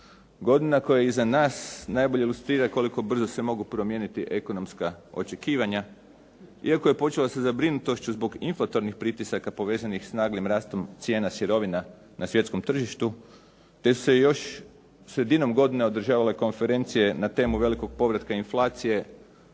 Godina koja je iza nas najbolje ilustrira koliko brzo se mogu promijeniti ekonomska očekivanja. Iako je počela sa zabrinutošću zbog inflatornih pritisaka povezanih sa naglim rastom cijena sirovina na svjetskom tržištu, te su se još sredinom godine održavale konferencije na temu velikog povratka inflacije,